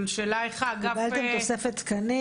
אבל השאלה היא איך האגף --- אולי גם תוספת תקנים.